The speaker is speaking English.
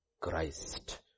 Christ